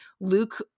Luke